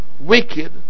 Wicked